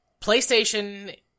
PlayStation